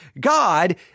God